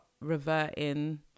reverting